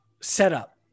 setup